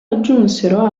aggiunsero